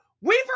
Weaver